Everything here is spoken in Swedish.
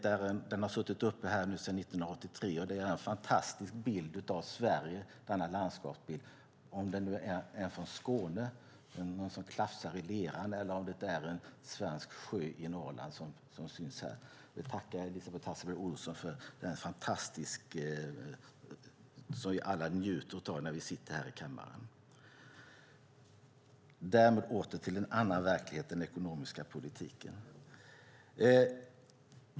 Vävnaden har suttit uppe sedan 1983, och den är en fantastisk landskapsbild av Sverige, om den nu är från Skåne med någon som klafsar i leran eller om det är en svensk sjö i Norrland som syns här. Vi tackar Elisabet Hasselberg Olsson för denna fantastiska bild som vi alla njuter av när vi sitter här i kammaren. Därmed åter till en annan verklighet: den ekonomiska politiken.